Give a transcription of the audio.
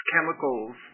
chemicals